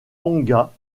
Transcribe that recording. tonga